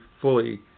fully